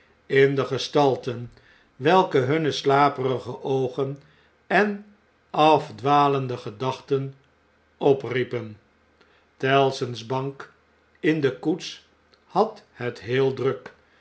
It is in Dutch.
in de gestalten welke hunne slaperige oogen en afdwalende gedachten opriepen tellson's bank in de koets had het heel druk